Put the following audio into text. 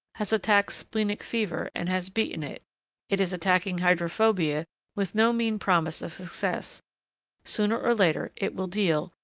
has attacked splenic fever and has beaten it it is attacking hydrophobia with no mean promise of success sooner or later it will deal,